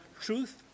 truth